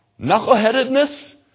knuckleheadedness